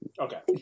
Okay